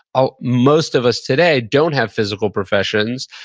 ah most of us today don't have physical professions,